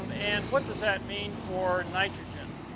um and what does that mean for nitrogen?